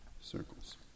circles